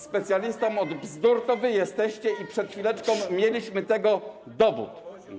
Specjalistami od bzdur to jesteście wy i przed chwileczką mieliśmy tego dowód.